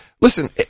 listen